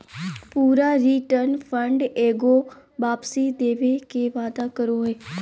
पूरा return fund एगो वापसी देवे के वादा करो हइ